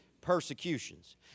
Persecutions